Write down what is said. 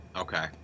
Okay